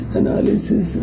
analysis